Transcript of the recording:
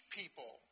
people